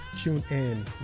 TuneIn